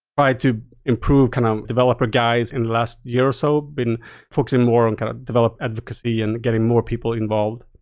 try to improve kind of developer guides in the last year or so. been focusing more on kind of develop advocacy and getting more people involved.